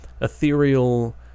ethereal